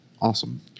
awesome